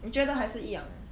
你觉得还是一样 ah